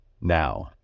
now